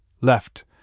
left